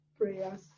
prayers